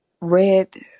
Red